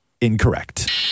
Incorrect